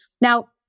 Now